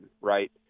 right